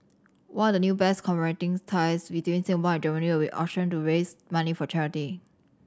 one of the new bears commemorating ties between Singapore and Germany will be auctioned to raise money for charity